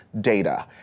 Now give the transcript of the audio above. data